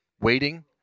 waiting